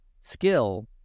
skill